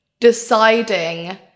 deciding